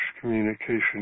communication